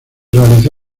realizó